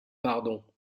pardon